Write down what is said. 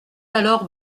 alors